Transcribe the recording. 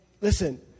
listen